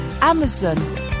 Amazon